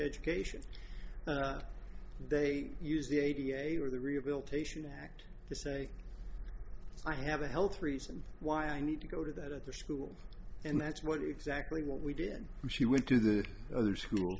education they use the eighty eight or the rehabilitation act they say i have a health reason why i need to go to that at the school and that's what exactly what we did she went to the other school